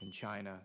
in china